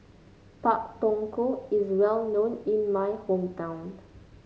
Pak Thong Ko is well known in my hometown